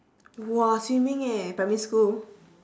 !wah! swimming eh primary school